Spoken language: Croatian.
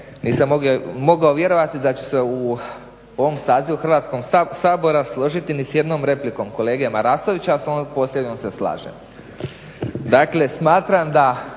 nisam mogao vjerovati da ću se u ovom sazivu Hrvatskog sabora složiti ni s jednom replikom kolege Marasovića, a s ovom posljednjom se slažem.